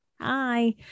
Hi